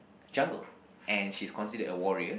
jungle and she's considered a warrior